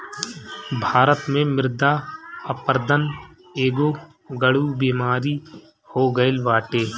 भारत में मृदा अपरदन एगो गढ़ु बेमारी हो गईल बाटे